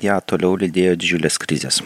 ją toliau lydėjo didžiulės krizės